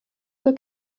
zur